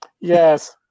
Yes